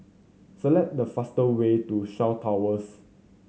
select the fast way to Shaw Towers